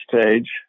stage